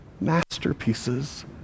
masterpieces